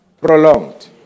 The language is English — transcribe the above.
prolonged